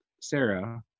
Sarah